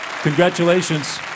Congratulations